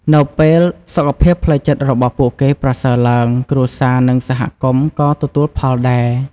នៅពេលសុខភាពផ្លូវចិត្តរបស់ពួកគេប្រសើរឡើង គ្រួសារ និងសហគមន៍ក៏ទទួលផលដែរ។